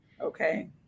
Okay